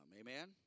amen